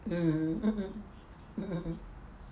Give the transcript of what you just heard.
mm mm mm mm mm mm